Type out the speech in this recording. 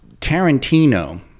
Tarantino